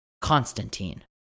Constantine